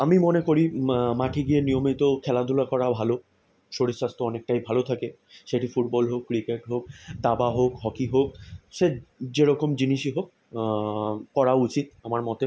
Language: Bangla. আমি মনে করি মাঠে গিয়ে নিয়মিত খেলাধুলা করা ভালো শরীর স্বাস্থ্য অনেকটাই ভালো থাকে সেটি ফুটবল হোক ক্রিকেট হোক দাবা হোক হকি হোক সে যেরকম জিনিসই হোক করা উচিত আমার মতে